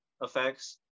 effects